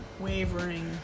Wavering